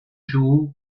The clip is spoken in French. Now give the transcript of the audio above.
jour